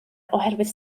oherwydd